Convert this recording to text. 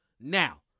Now